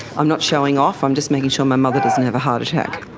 i'm not showing off, i'm just making sure my mother doesn't have a heart attack.